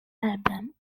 album